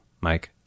Mike